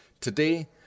Today